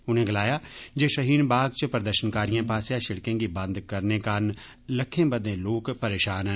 उनें गलाया जे शाहीन बाग च प्रदर्शनकारियें पास्सेआ सिड़कें गी बंद करने कारण लक्खें बद्दे लोक परेशान न